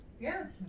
Yes